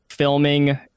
filming